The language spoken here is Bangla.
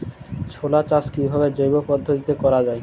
ছোলা চাষ কিভাবে জৈব পদ্ধতিতে করা যায়?